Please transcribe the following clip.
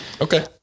Okay